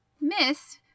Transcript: Miss